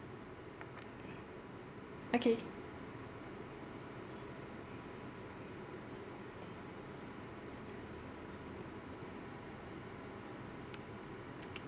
okay